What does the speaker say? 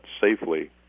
safely